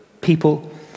people